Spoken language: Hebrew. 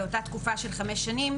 באותה תקופה של חמש שנים,